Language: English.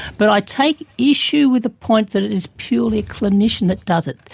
but i take issue with the point that it is purely a clinician that does it.